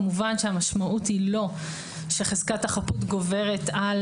כמובן שהמשמעות היא לא שחזקת החפות גוברת על